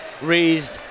raised